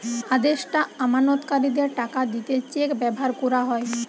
আদেষ্টা আমানতকারীদের টাকা দিতে চেক ব্যাভার কোরা হয়